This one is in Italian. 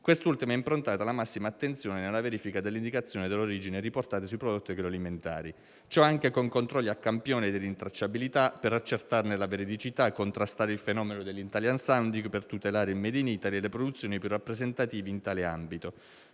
quest'ultima è improntata alla massima attenzione nella verifica dell'indicazione dell'origine riportata sui prodotti agroalimentari. Ciò anche con controlli a campione di rintracciabilità, per accertarne la veridicità, contrastare il fenomeno dell'*italian sounding,* per tutelare il *made in Italy* e le produzioni più rappresentative in tale ambito,